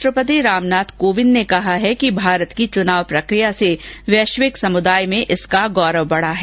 राष्ट्रपति रामनाथ कोविंद ने कहा है कि भारत की चुनाव प्रक्रिया से वैश्विक समुदाय में इसका गौरव बढ़ा है